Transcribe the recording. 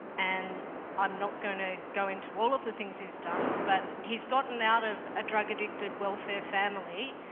and i'm not going to go into all of the things he's done but he's gotten out of a drug addicted, welfare family,